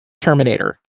Terminator